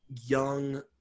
young